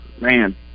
man